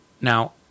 Now